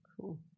Cool